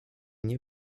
nie